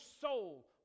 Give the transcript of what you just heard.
soul